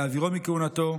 להעבירו מכהונתו,